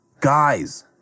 Guys